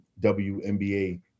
WNBA